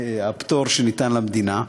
הפטור שניתן למדינה,